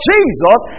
Jesus